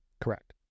Correct